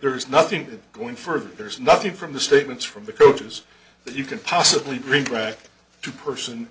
there is nothing going for there's nothing from the statements from the coaches that you can possibly bring back to person